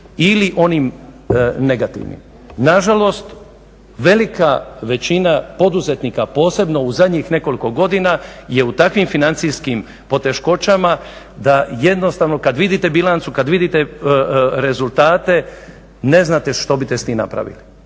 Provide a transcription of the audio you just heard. ili onim negativnim. Na žalost velika većina poduzetnika posebno u zadnjih nekoliko godina je u takvim financijskim poteškoćama da jednostavno kad vidite bilancu, kad vidite rezultate ne znate što biste s tim napravili.